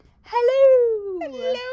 hello